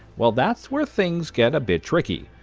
well. that's where things get a bit tricky.